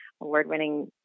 award-winning